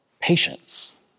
patience